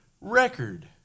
record